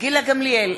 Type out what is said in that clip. גילה גמליאל,